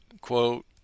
quote